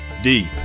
Deep